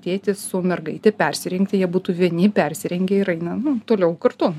tėtis su mergaite persirengti jie būtų vieni persirengia ir eina nu toliau kurtu